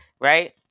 right